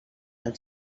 del